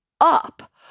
up